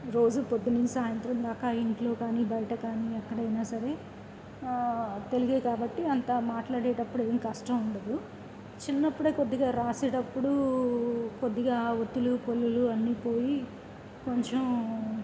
రోజు పొద్దున నుంచి సాయంత్రం దాకా ఇంట్లో కానీ బయట కానీ ఎక్కడైనా సరే తెలుగే కాబట్టి అంతా మాట్లాడేటప్పుడు ఏం కష్టం ఉండదు చిన్నప్పుడే కొద్దిగా రాసేటప్పుడు కొద్దిగా ఒత్తులు పొల్లులు అన్నీ పోయి కొంచెం